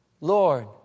Lord